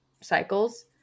cycles